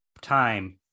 time